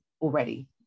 already